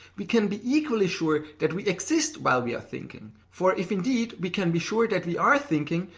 we can be equally sure that we exist while we are thinking, for if indeed we can be sure that we are thinking,